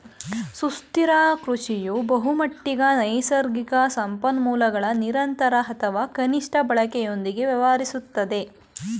ಸುಸ್ಥಿರ ಕೃಷಿಯು ಬಹುಮಟ್ಟಿಗೆ ನೈಸರ್ಗಿಕ ಸಂಪನ್ಮೂಲಗಳ ನಿರಂತರ ಅಥವಾ ಕನಿಷ್ಠ ಬಳಕೆಯೊಂದಿಗೆ ವ್ಯವಹರಿಸುತ್ತದೆ